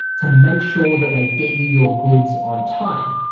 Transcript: to make sure that they get you your goods on time.